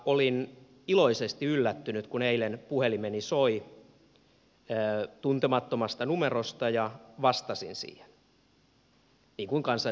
olin iloisesti yllättynyt kun eilen puhelimeni soi tuntemattomasta numerosta ja vastasin siihen niin kuin kansanedustajan pitää vastata